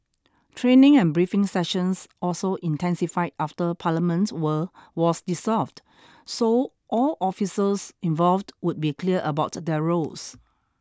training and briefing sessions also intensified after Parliament were was dissolved so all officers involved would be clear about their roles